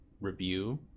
review